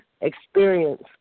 experience